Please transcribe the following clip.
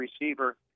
receiver